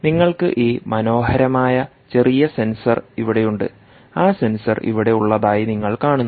നിങ്ങൾക്ക് ഈ മനോഹരമായ ചെറിയ സെൻസർ ഇവിടെയുണ്ട് ആ സെൻസർ ഇവിടെ ഉള്ളതായി നിങ്ങൾ കാണുന്നു